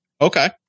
Okay